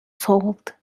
sold